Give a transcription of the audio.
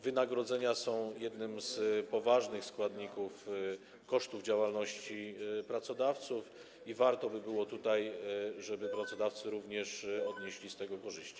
Wynagrodzenia są jednym z poważnych składników kosztów działalności pracodawców i dobrze by było, żeby pracodawcy również odnieśli z tego korzyści.